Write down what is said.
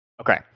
Okay